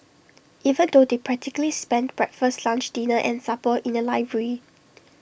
even though they practically spent breakfast lunch dinner and supper in the library